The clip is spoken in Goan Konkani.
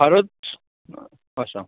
फारच आं सांग